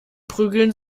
prügeln